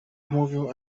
mówił